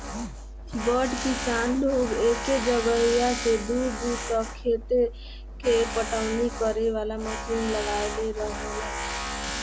बड़ किसान लोग एके जगहिया से दूर दूर तक खेत के पटवनी करे वाला मशीन लगवले रहेलन